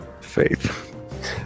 Faith